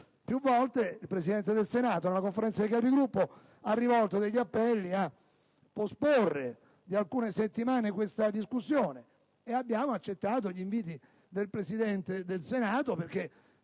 Più volte il Presidente del Senato in Conferenza dei Capigruppo ha rivolto degli appelli al fine di posticipare di alcune settimane questa discussione. Noi abbiamo accettato gli inviti del Presidente del Senato perché,